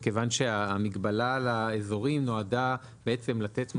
מכיוון שהמגבלה על האזורים נועדה לתת מענה,